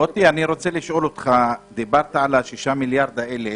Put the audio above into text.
מוטי, דיברת על 6 המיליארד האלה